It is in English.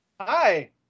Hi